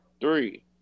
Three